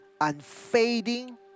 unfading